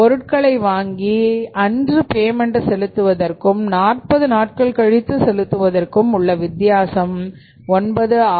பொருட்களை வாங்கி அன்று பேமெண்ட் செலுத்துவதற்கும் 40 நாட்கள் கழித்து செலுத்துவதற்கும் உள்ள வித்தியாசம் 968 1